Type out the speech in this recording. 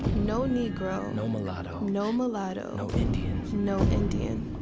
no negro. no mulatto. no mulatto no indian. no indian.